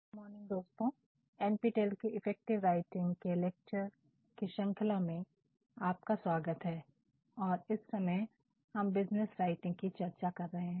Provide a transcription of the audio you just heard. good morning दोस्तों NPTEL के effective writing के लेक्चर की श्रृंखला में आपका स्वागत है इस समय हम बिज़नेस राइटिंग की चर्चा कर रहे हैं